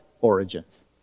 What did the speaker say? origins